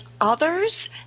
others